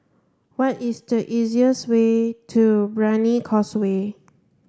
what is the easiest way to Brani Causeway